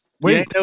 Wait